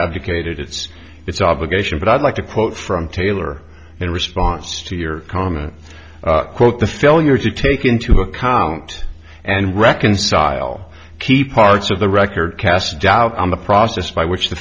abdicated its its obligation but i'd like to quote from taylor in response to your comment quote the failure to take into account and reconcile key parts of the record casts doubt on the process by which the